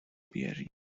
بیاری